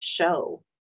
show